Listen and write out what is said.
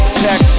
tech